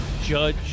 Judge